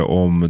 om